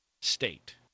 state